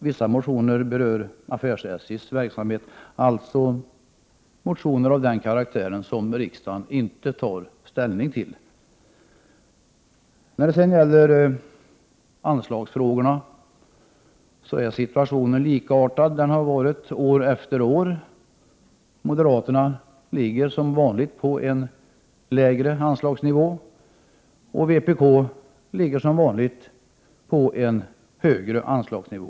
Vissa motioner berör SJ:s affärsverksamhet. Dessa motioner är av sådan karaktär att riksdagen inte tar ställning till dem. När det gäller anslagsfrågorna har situationen varit likartad år efter år. Moderaterna ligger som vanligt på en lägre anslagsnivå, och vpk ligger som vanligt på en högre anslagsnivå.